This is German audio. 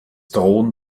drohen